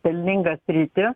pelningą sritį